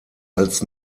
als